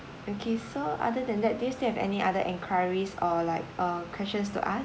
okay so other than that do you still have any other enquiries or like uh questions to ask